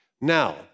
Now